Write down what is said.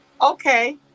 okay